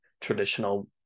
traditional